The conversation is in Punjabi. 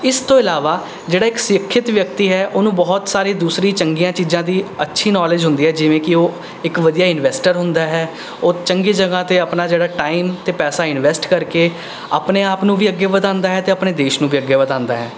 ਇਸ ਤੋਂ ਇਲਾਵਾ ਜਿਹੜਾ ਇੱਕ ਸਿੱਖਿਅਤ ਵਿਅਕਤੀ ਹੈ ਉਹਨੂੰ ਬਹੁਤ ਸਾਰੇ ਦੂਸਰੀ ਚੰਗੀਆਂ ਚੀਜ਼ਾਂ ਦੀ ਅੱਛੀ ਨੋਲੇਜ ਹੁੰਦੀ ਹੈ ਜਿਵੇਂ ਕਿ ਉਹ ਇੱਕ ਵਧੀਆ ਇਨਵੈਸਟਰ ਹੁੰਦਾ ਹੈ ਉਹ ਚੰਗੀ ਜਗ੍ਹਾ 'ਤੇ ਆਪਣਾ ਜਿਹੜਾ ਟਾਈਮ ਅਤੇ ਪੈਸਾ ਇਨਵੈਸਟ ਕਰਕੇ ਆਪਣੇ ਆਪ ਨੂੰ ਵੀ ਅੱਗੇ ਵਧਾਉਂਦਾ ਹੈ ਅਤੇ ਆਪਣੇ ਦੇਸ਼ ਨੂੰ ਵੀ ਅੱਗੇ ਵਧਾਉਂਦਾ ਹੈ